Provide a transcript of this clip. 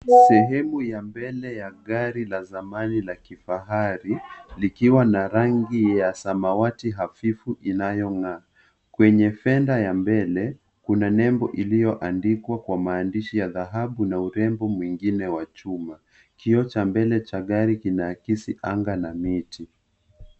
Sehemu ya mbele ya gari la zamani la kifahari likiwa na rangi ya samawati hafifu inayong'aa. Kwenye fedha ya mbele kuna nembo iliyoandikwa kwa maandishi ya dhahabu na urembo mwingine wa chuma. Kioo cha mbele cha gari kinaakisi anga na miti.